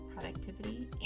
productivity